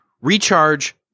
recharge